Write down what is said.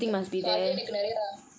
so அதுல எனக்கு நிறையா:athula enakku niraiyaa